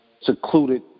secluded